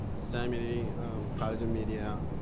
sammy lee, college of media.